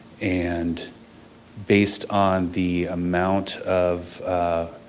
and based on the amount of